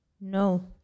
No